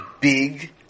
big